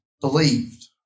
believed